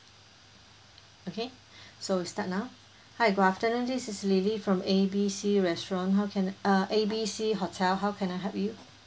okay so we start now hi good afternoon this is lily from A B C restaurant how can uh A B C hotel how can I help you